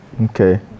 Okay